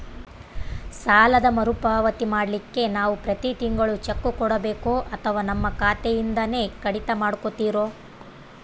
ಸಾಲದ ಮರುಪಾವತಿ ಮಾಡ್ಲಿಕ್ಕೆ ನಾವು ಪ್ರತಿ ತಿಂಗಳು ಚೆಕ್ಕು ಕೊಡಬೇಕೋ ಅಥವಾ ನಮ್ಮ ಖಾತೆಯಿಂದನೆ ಕಡಿತ ಮಾಡ್ಕೊತಿರೋ?